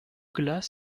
glas